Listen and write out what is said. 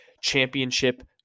championship